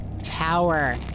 tower